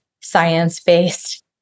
science-based